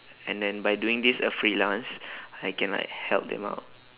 and then by doing this a freelance I can like help them out